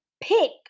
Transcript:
Pick